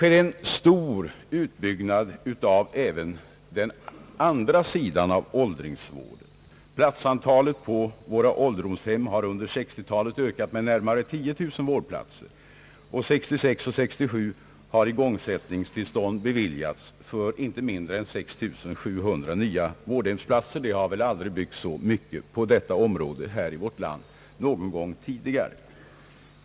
En stor utbyggnad pågår även av den andra sidan av åldringsvården. Platsantalet på våra ålderdomshem har under 1960-talet ökat med närmare 10 000 vårdplatser, och 1966—1967 har igångsättningstillstånd beviljats för inte mindre än 6 700 nya vårdhemsplatser. Det har väl aldrig tidigare här i vårt land byggts så mycket på detta område.